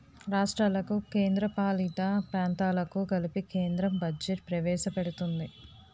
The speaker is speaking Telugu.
రాష్ట్రాలకు కేంద్రపాలిత ప్రాంతాలకు కలిపి కేంద్రం బడ్జెట్ ప్రవేశపెడుతుంది